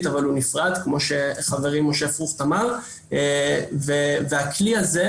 אבל הוא נפרד כמו שאמר חברי משה פרוכט והכלי הזה,